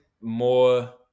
more